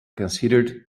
considered